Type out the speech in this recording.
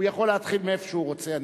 הוא יכול להתחיל מאיפה שהוא רוצה,